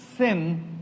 Sin